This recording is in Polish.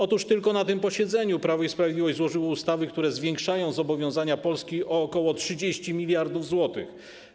Otóż tylko na tym posiedzeniu Prawo i Sprawiedliwość złożyło projekty ustaw, które zwiększają zobowiązania Polski o ok. 30 mld zł.